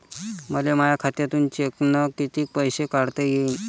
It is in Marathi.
मले माया खात्यातून चेकनं कितीक पैसे काढता येईन?